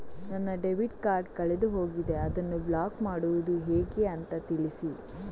ನನ್ನ debit card ಕಳೆದು ಹೋಗಿದೆ, ಅದನ್ನು ಬ್ಲಾಕ್ ಮಾಡುವುದು ಹೇಗೆ ಅಂತ ತಿಳಿಸಿ?